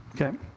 Okay